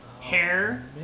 hair